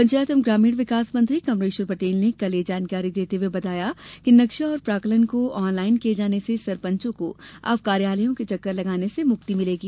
पंचायत एवं ग्रामीण विकास मंत्री कमलेश्वर पटेल ने कल यह जानकारी देते हुए बताया कि नक्शा और प्राक्कलन को ऑनलाइन किए जाने से सरपंचों को अब कार्यालयों के चक्कर लगाने से मुक्ति मिलेगी